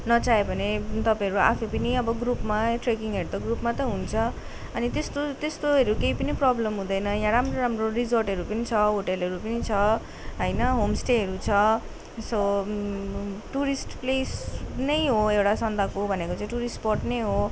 नचाहियो भने तपाईँहरू आफै पनि ग्रुपमा ट्रेकिङहरू त ग्रुपमा त हुन्छ अनि त्यस्तो त्यस्तोहरू केही पनि प्रब्लम हुँदैन राम्रो राम्रो रिजर्टहरू पनि छ होटेलहरू पनि छ होइन होमस्टेहरू छ सो टुरिस्ट प्लेस नै हो एउटा सन्दकपू भनेको चाहिँ टुरिस्ट स्पोट नै हो